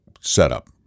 setup